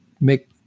make